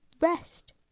rest